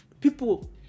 people